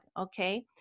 okay